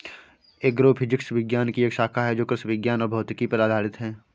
agrophysics विज्ञान की एक शाखा है जो कृषि विज्ञान और भौतिकी पर आधारित है